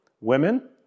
Women